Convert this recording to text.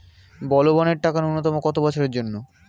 বলবনের টাকা ন্যূনতম কত বছরের জন্য?